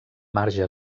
marge